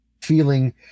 feeling